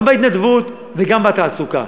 גם בהתנדבות וגם בתעסוקה.